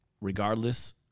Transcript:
Regardless